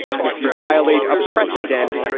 and if you violate a precedent,